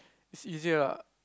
see easier ah